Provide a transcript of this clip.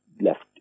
left